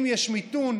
אם יש מיתון,